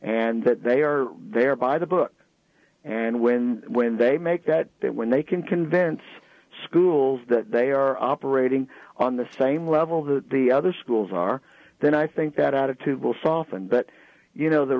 and that they are there by the book and when when they make that when they can convince schools that they are operating on the same level that the other schools are then i think that attitude will soften but you know the